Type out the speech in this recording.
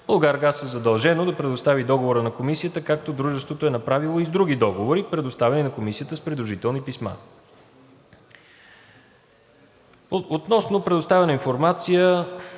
„Булгаргаз“ е задължено да предостави Договора на Комисията, както дружеството е направило и с други договори, предоставени на Комисията с придружителни писма. Относно предоставена информация